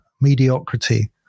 mediocrity